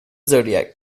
zodiac